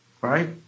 Right